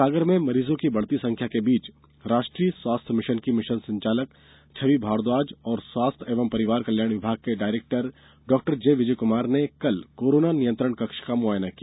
सागर में मरीजों की बढ़ती संख्या के बीच राष्ट्रीय स्वास्थ्य मिशन की मिशन संचालक छबि भरद्वाज और स्वास्थ्य एवं परिवार कल्याण विभाग के निदेशक डाक्टर जे विजय कुमार ने कल कोरोना नियंत्रण कक्ष का मुआयना किया